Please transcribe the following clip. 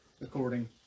according